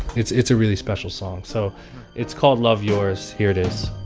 it's it's a really special song. so it's called love yourz. here it is